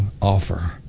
offer